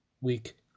week